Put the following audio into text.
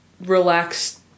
relaxed